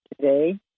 today